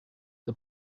the